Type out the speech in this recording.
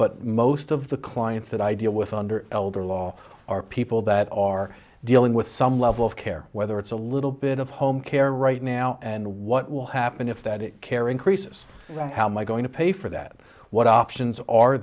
but most of the clients that i deal with under elder law are people that are dealing with some level of care whether it's a little bit of home care right now and what will happen if that it care increases how my going to pay for that what options are